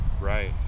right